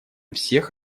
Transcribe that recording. всех